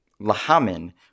lahamin